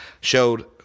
Showed